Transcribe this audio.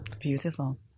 beautiful